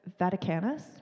Vaticanus